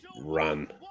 run